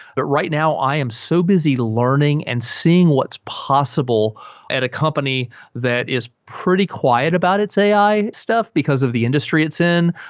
but right now i am so busy learning and seeing what's possible at a company that is pretty quiet about its ai stuff because of the industry it's in.